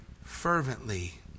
fervently